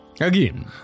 Again